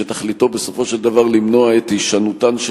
שתכליתו בסופו של דבר למנוע הישנותן של